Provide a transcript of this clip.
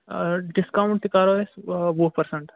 آ ڈِسکاوُنٛٹ تہِ کرو أسۍ وُہ پٔرسَنٛٹ